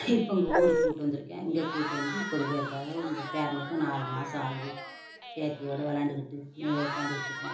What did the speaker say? இப்போ இங்கே ஊருக்கு கூட்டு வந்துருக்கேன் இங்கே கூட்டு வந்து இப்போ இங்கே இருக்காக அந்த பேரனுக்கு நாலு மாதம் ஆகுது பேத்தியோட விளாண்டுக்கிட்டு இங்கனேயே உட்காந்துக்கிட்ருப்போம்